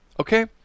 okay